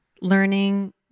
learning